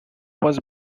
was